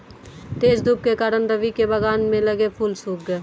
तेज धूप के कारण, रवि के बगान में लगे फूल सुख गए